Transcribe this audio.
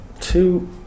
two